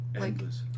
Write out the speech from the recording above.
Endless